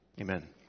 Amen